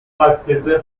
takdirde